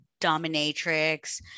dominatrix